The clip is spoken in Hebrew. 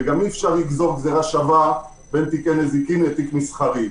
וגם אי-אפשר לגזור גזירה שווה בין תיקי נזיקין לתיק מסחרי.